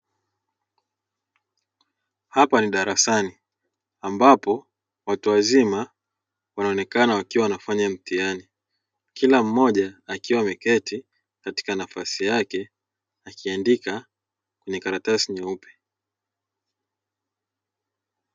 Hapa ni darasani; ambapo watu wazima wanaonekana wakiwa wanafanya mtihani, kila mmoja akiwa ameketi katika nafasi yake, akiandika kwenye karatasi nyeupe.